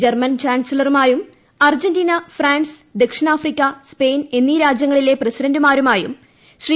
German ചാൻസലറുമായും Argentina France ദക്ഷിണാഫ്രിക്ക Spain എന്നീ രാജൃങ്ങളിലെ പ്രസിഡന്റുമാരുമായും ശ്രീ